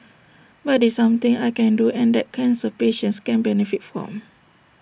but this something I can do and that cancer patients can benefit from